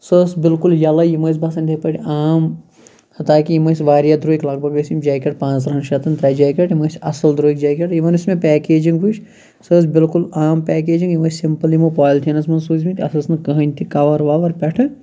سۄ ٲسۍ بِلکُل یَلے یِم ٲسۍ باسان یِتھے پٲٹھۍ عام تاکہِ یِم ٲسۍ واریاہ درٛوگۍ لَگ بگ ٲسۍ یِم جاکیٚٹ پانٛژترٕہَن شیٚتَن ترٛےٚ جاکیٚٹ یِم ٲسۍ اصٕل درٛوگۍ جاکیٚٹ یِمَن یۄس مےٚ پیکیجِنٛگ وٕچھ سۄ ٲسۍ بِلکُل عام پیکیجِنٛگ یِم ٲسۍ سِمپل یِمو پالِتھیٖنَس مَنٛز سوٗزمٕتۍ اتھ ٲسۍ نہٕ کٕہٕنۍ تہِ کَوَر وَوَر پٮ۪ٹھہٕ